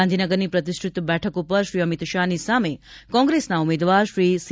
ગાંધીનગરની પ્રતિષ્ઠિત બેઠક ઉપર શ્રી અમિત શાહ ની સામે કોંગ્રેસના ઉમેદવાર શ્રી સી